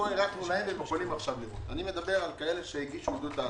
אני מדבר על כאלה שהגישו עידוד תעסוקה,